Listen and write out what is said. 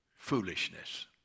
Foolishness